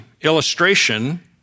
illustration